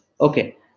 Okay